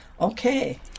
Okay